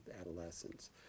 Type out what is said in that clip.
adolescents